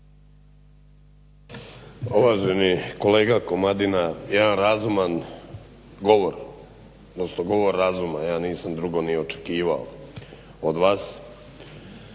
Uvaženi kolega Komadina jedan razuman govor, odnosno govor razuma ja nisam drugo ni očekivao od vas